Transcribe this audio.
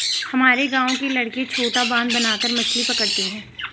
हमारे गांव के लड़के छोटा बांध बनाकर मछली पकड़ते हैं